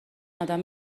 ادم